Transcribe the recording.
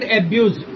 abuse